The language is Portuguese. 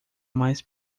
mais